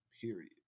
Period